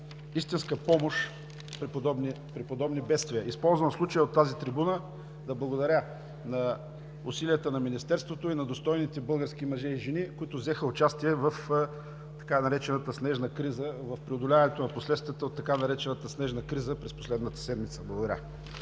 истинска помощ при подобни бедствия. Използвам случая от тази трибуна да благодаря на усилията на Министерството и на достойните български мъже и жени, които взеха участие в преодоляването на последствията от така наречената „снежна криза“, през последната седмица. Благодаря.